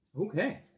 Okay